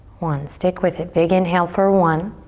one. stick with it, big inhale for one,